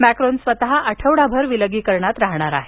Macron स्वत आठवडाभर विलगीकरणात राहणार आहेत